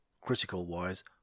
critical-wise